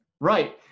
right